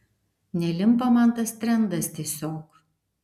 nelimpa man tas trendas tiesiog